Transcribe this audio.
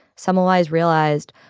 semmelweis realized,